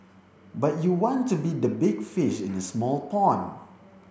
but you want to be the big fish in a small pond